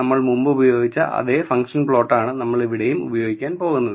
നമ്മൾ മുമ്പ് ഉപയോഗിച്ച അതേ ഫംഗ്ഷൻ പ്ലോട്ടാണ് നമ്മൾ ഇവിടെയും ഉപയോഗിക്കാൻ പോകുന്നത്